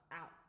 out